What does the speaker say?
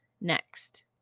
next